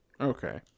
Okay